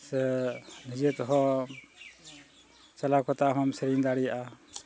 ᱥᱮ ᱱᱤᱡᱮ ᱛᱮᱦᱚᱸ ᱪᱟᱞᱟᱣ ᱠᱚᱛᱟᱜ ᱦᱚᱸᱢ ᱥᱮᱨᱮᱧ ᱫᱟᱲᱮᱭᱟᱜᱼᱟ